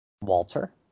Walter